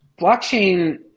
blockchain